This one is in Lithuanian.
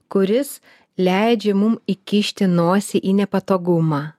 kuris leidžia mum įkišti nosį į nepatogumą